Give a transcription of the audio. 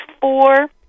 four